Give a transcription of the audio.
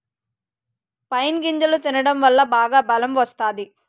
pine గింజలు తినడం వల్ల బాగా బలం వత్తాది